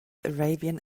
arabian